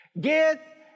Get